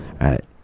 right